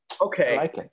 okay